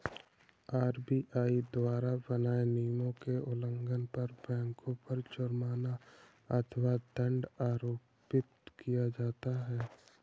RBI द्वारा बनाए नियमों के उल्लंघन पर बैंकों पर जुर्माना अथवा दंड आरोपित किया जाता है